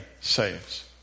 saves